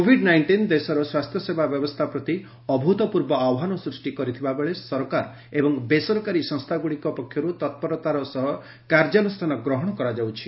Covid nineteen ଦେଶର ସ୍ୱାସ୍ଥ୍ୟ ସେବା ବ୍ୟବସ୍ଥା ପ୍ରତି ଅଭୂତପୂର୍ବ ଆହ୍ୱାନ ସୃଷ୍ଟି କରିଥିବାବେଳେ ସରକାର ଏବଂ ବେସରକାରୀ ସଂସ୍ଥା ଗୁଡ଼ିକ ପକ୍ଷରୁ ତ୍ପର୍ତାର ସହ କାର୍ଯ୍ୟାନୁଷ୍ଠାନ ଗ୍ରହଣ କରାଯାଉଛି